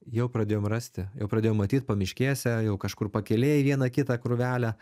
jau pradėjom rasti jau pradėjom matyt pamiškėse jau kažkur pakeliui į vieną kitą krūvelę